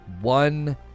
one